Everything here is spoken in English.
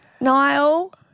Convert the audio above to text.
Niall